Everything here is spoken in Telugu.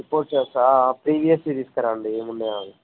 రిపోర్ట్స్ యస్ ఆ ప్రీవియస్వి తీసుకురండి ఎమున్నాయో అవి